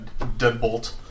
Deadbolt